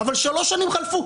אבל שלוש שנים חלפו.